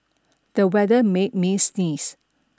the weather made me sneeze